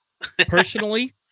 personally